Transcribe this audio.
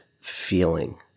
feeling